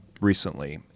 Recently